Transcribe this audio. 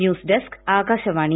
news desk Akashvani